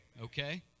okay